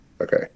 Okay